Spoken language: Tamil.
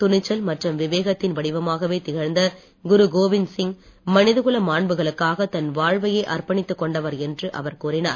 துணிச்சல் மற்றும் விவேகத்தின் வடிவமாகவே திகழ்ந்த குரு கோவிந்த் சிங் மனிதகுல மாண்புகளுக்காக தன் வாழ்வையே அர்ப்பணித்துக் கொண்டவர் என்று அவர் கூறினார்